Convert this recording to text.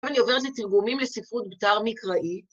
‫אני עוברת לתרגומים ‫לספרות בתר מקראית.